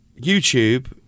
YouTube